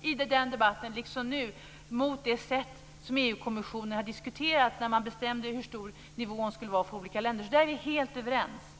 i debatten då, liksom jag är nu, mot det sätt som EU-kommissionen diskuterade på när man bestämde vilken nivå det skulle vara för olika länder, så där är vi helt överens.